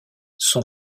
son